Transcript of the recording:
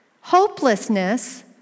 hopelessness